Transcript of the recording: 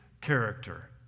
character